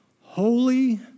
Holy